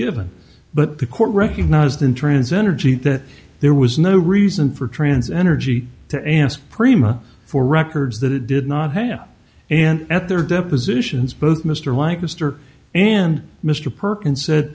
given but the court recognized in transit energy that there was no reason for trans energy to answer prima for records that it did not have and at their depositions both mr lancaster and mr perkins said